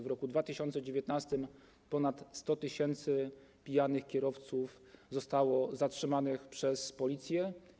W roku 2019 ponad 100 tys. pijanych kierowców zostało zatrzymanych przez policję.